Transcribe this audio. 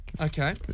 Okay